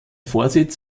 vorsitz